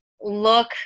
look